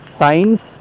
science